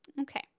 Okay